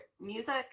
music